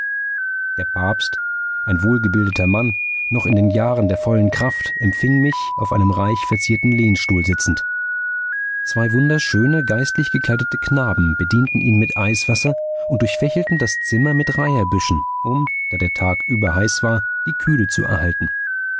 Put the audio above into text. der papst ein wohlgebildeter mann noch in den jahren der vollen kraft empfing mich auf einem reich verzierten lehnstuhl sitzend zwei wunderschöne geistlich gekleidete knaben bedienten ihn mit eiswasser und durchfächelten das zimmer mit reiherbüschen um da der tag überheiß war die kühle zu erhalten